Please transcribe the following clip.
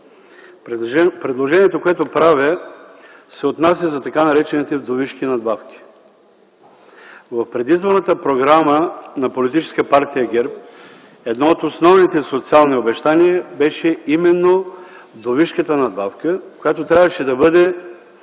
Предложението, което правя, се отнася за така наречените вдовишки надбавки. В предизборната програма на Политическа партия ГЕРБ едно от основните социални обещания беше именно вдовишката надбавка, която трябваше да бъде